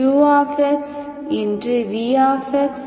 v